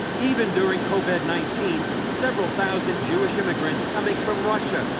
even during covid nineteen, several thousand jewish immigrants coming from russia,